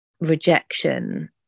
rejection